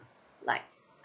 like